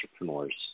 entrepreneurs